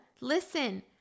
listen